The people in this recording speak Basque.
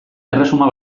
erresuma